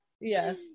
Yes